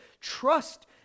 Trust